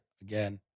again